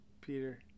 Peter